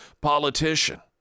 politician